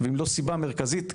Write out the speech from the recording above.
ואם לא הסיבה המרכזית,